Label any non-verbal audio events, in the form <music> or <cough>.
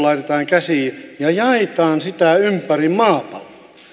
<unintelligible> laitetaan käsi ja jaetaan siitä ympäri maata